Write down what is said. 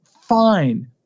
fine